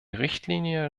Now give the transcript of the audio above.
richtlinie